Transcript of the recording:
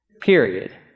Period